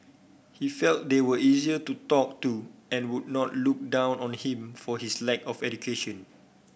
he felt they were easier to talk to and would not look down on him for his lack of education